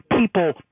people